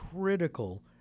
critical